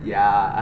ya